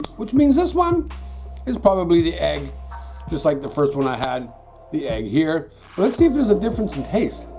which means this one is probably the egg just like the first one. i had the egg here let's see if there's a difference in taste